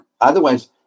Otherwise